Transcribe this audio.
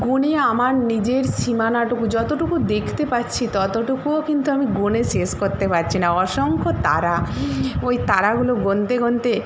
গুনে আমার নিজের সীমানাটুকু যতটুকু দেখতে পাচ্ছি ততটুকুও কিন্তু আমি গুনে শেষ করতে পারছি না অসংখ্য তারা ওই তারাগুলো গুনতে গুনতে